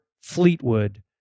Fleetwood